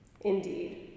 Indeed